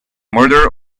murder